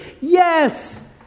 yes